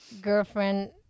girlfriend